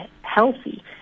healthy